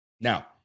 Now